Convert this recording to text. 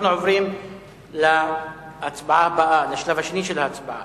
אנחנו עוברים להצבעה הבאה, לשלב השני של ההצבעה.